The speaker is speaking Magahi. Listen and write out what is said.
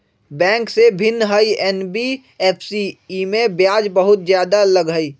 बैंक से भिन्न हई एन.बी.एफ.सी इमे ब्याज बहुत ज्यादा लगहई?